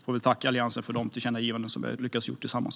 Vi tackar Alliansen för de tillkännagivanden vi har lyckats göra tillsammans.